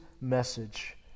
message